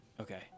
Okay